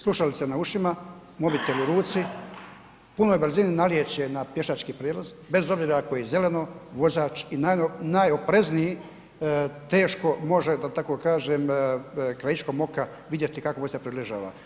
Slušalice na ušima, mobitel u ruci, u punoj brzini nalijeće na pješački prijelaz, bez obzira ako je zeleno, vozač i najoprezniji teško može, da tako kaže, krajičkom oka vidjeti kako mu se približava.